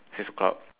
six O clock